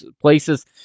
places